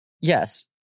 Yes